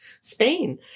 Spain